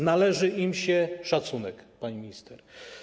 Należy im się szacunek, pani minister.